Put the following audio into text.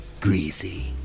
Greasy